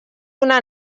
una